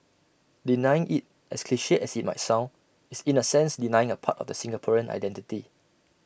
denying IT as cliche as IT might sound is in A sense denying A part of the Singaporean identity